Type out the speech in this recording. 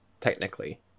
technically